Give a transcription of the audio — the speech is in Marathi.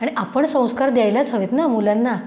आणि आपण संस्कार द्यायलाच हवेत ना मुलांना